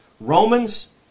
Romans